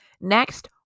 Next